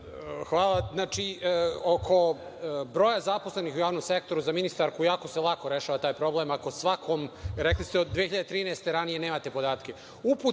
Hvala. Oko broja zaposlenih u javnom sektoru, za ministarku, jako se lako rešava taj problem ako svakom…Rekli ste od 2013. godine, od ranije nemate podatke,